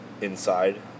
inside